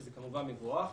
שזה כמובן מבורך.